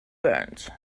burns